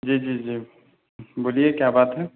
جی جی جی بولیے کیا بات ہے